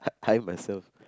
I myself